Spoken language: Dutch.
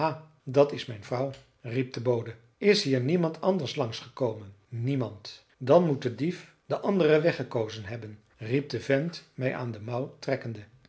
dat is mijn vrouw riep de bode is hier niemand anders langs gekomen niemand dan moet de dief den anderen weg gekozen hebben riep de vent mij aan mijn mouw trekkende